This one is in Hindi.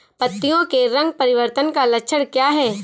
पत्तियों के रंग परिवर्तन का लक्षण क्या है?